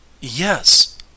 Yes